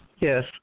Yes